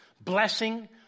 blessing